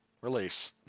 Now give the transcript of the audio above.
release